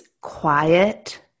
quiet